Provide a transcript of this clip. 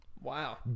Wow